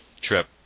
trip